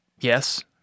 yes